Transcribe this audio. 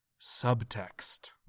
Subtext